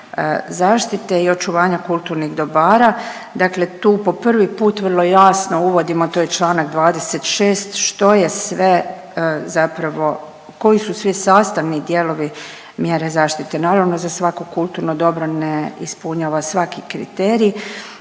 zaštite i očuvanja kulturnih dobara. Dakle, tu po prvi put vrlo jasno uvodimo to je Članak 26. što je sve zapravo koji su svi sastavni dijelovi mjere zaštite. Naravno za svako kulturno dobro ne ispunjava svaki kriterij,